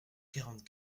quarante